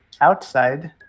outside